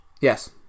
Yes